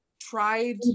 Tried